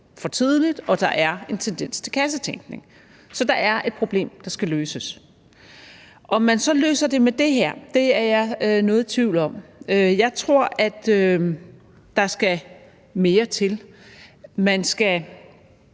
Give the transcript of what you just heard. for tidligt, og at der er en tendens til kassetænkning. Så der er et problem, der skal løses. Om man så løser det med det her, er jeg noget i tvivl om. Jeg tror, at der skal mere til. Man skal